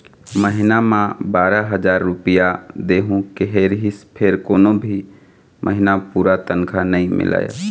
महिना म बारा हजार रूपिया देहूं केहे रिहिस फेर कोनो भी महिना पूरा तनखा नइ मिलय